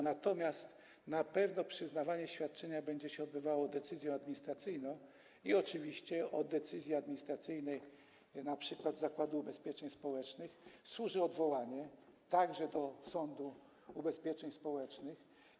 Natomiast na pewno przyznanie świadczenia będzie się odbywało w drodze decyzji administracyjnej i oczywiście od decyzji administracyjnej, np. Zakładu Ubezpieczeń Społecznych, służy odwołanie, także do sądu ubezpieczeń społecznych.